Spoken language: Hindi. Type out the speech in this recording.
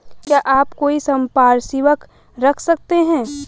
क्या आप कोई संपार्श्विक रख सकते हैं?